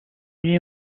lui